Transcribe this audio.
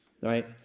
right